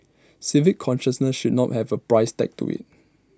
civic consciousness should not have A price tag to IT